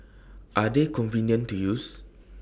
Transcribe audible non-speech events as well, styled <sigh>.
are they convenient to use <noise>